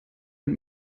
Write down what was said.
mit